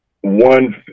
one